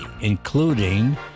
including